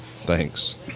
Thanks